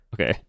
okay